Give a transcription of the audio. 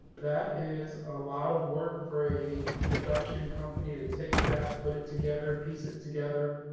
that is a lot of work for a production company to take that, put it together, piece it together.